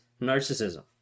narcissism